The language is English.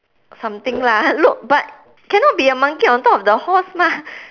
something lah look but cannot be a monkey on top of the horse mah